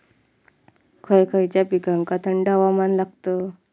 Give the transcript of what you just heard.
खय खयच्या पिकांका थंड हवामान लागतं?